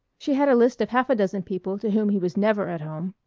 she had a list of half a dozen people to whom he was never at home,